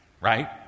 Right